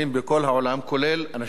כולל אנשים שנחשבים,